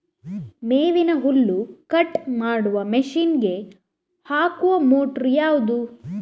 ಮೇವಿನ ಹುಲ್ಲು ಕಟ್ ಮಾಡುವ ಮಷೀನ್ ಗೆ ಹಾಕುವ ಮೋಟ್ರು ಯಾವುದು?